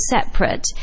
separate